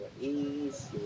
ease